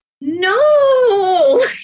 no